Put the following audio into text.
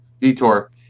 detour